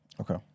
Okay